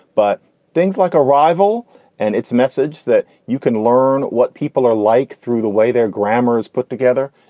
but things like arrival and its message that you can learn what people are like through the way their grammar is put together.